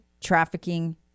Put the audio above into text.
trafficking